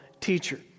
teacher